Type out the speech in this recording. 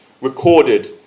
recorded